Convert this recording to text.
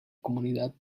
comunidad